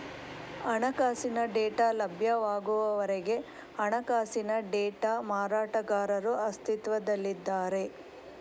ಹಣಕಾಸಿನ ಡೇಟಾ ಲಭ್ಯವಾಗುವವರೆಗೆ ಹಣಕಾಸಿನ ಡೇಟಾ ಮಾರಾಟಗಾರರು ಅಸ್ತಿತ್ವದಲ್ಲಿದ್ದಾರೆ